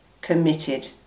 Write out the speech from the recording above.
committed